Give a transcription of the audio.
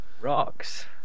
Rocks